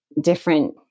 different